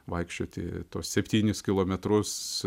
vaikščioti tuos septynis kilometrus